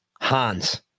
Hans